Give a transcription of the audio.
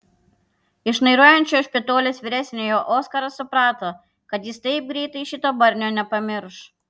iš šnairuojančio špitolės vyresniojo oskaras suprato kad jis taip greitai šito barnio nepamirš